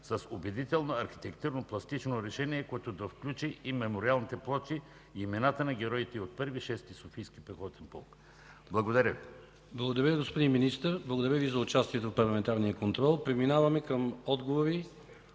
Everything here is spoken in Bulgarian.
с убедително архитектурно-пластично решение, което да включи и мемориалните плочи с имената на героите от Първи и Шести софийски пехотен полк. Благодаря Ви. ПРЕДСЕДАТЕЛ КИРИЛ ЦОЧЕВ: Благодаря Ви, господин Министър. Благодаря Ви за участието в парламентарния контрол. Преминаваме към отговори